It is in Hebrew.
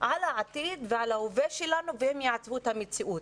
על העתיד ועל ההווה שלנו והם יעצבו את המציאות.